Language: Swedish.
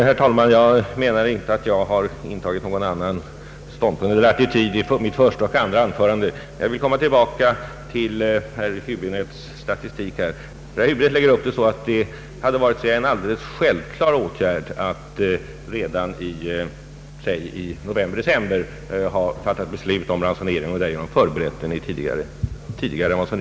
Herr talman! Jag har inte på något som helst sätt intagit olika attityder i mitt första och mitt andra anförande. Låt mig här återkomma till herr Häbinettes statistik. Herr Häbinette säger att det skulle ha varit en alldeles självklar åtgärd att besluta om elransonering redan i november—december. Därigenom skulle förberedelser ha kunnat göras tidigare än som nu kunnat ske.